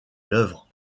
l’œuvre